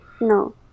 No